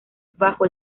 bajo